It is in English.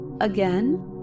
Again